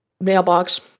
mailbox